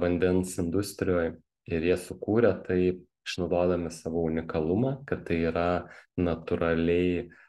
vandens industrijoj ir jie sukūrė tai išnaudodami savo unikalumą kad tai yra natūraliai